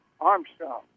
Armstrong